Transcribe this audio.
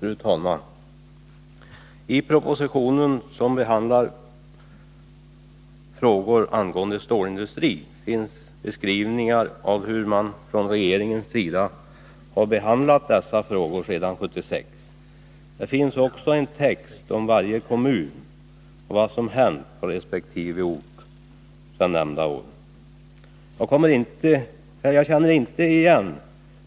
Fru talman! I propositionen som behandlar frågor angående stålindustrin finns beskrivningar av hur man från regeringens sida har behandlat dessa frågor sedan 1976. Det finns också en text om varje kommun och om vad som hänt på resp. ort sedan nämnda år. Jag känner inte igen